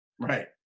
right